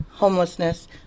Homelessness